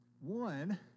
One